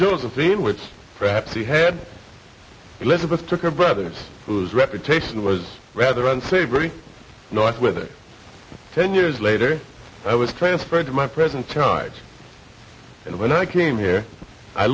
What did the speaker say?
josephine which perhaps he had elizabeth took her brother whose reputation was rather unsavory north with it ten years later i was transferred to my present charge and when i came here i